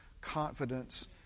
confidence